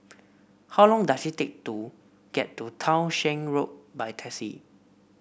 how long does it take to get to Townshend Road by taxi